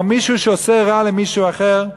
או מישהו שעושה רע למישהו אחר,